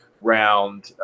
round